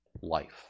life